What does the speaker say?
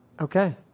Okay